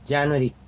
January